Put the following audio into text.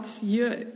hier